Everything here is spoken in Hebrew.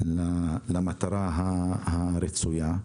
למטרה הרצויה.